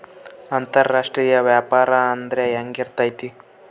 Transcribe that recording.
ಅಂತರಾಷ್ಟ್ರೇಯ ವ್ಯಾಪಾರ ಅಂದ್ರೆ ಹೆಂಗಿರ್ತೈತಿ?